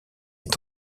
est